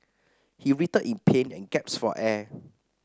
he writhed in pain and gasped for air